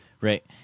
Right